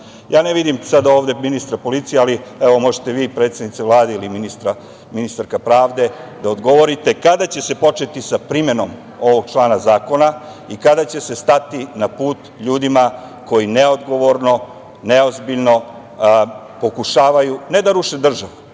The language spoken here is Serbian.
vidim ovde ministra policije, ali evo možete vi predsednice Vlade ili ministarka pravde da odgovorite – kada će se početi sa primenom ovog člana zakona i kada će se stati na put ljudima koji neodgovorno, neozbiljno pokušavaju, ne da ruše državu,